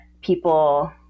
people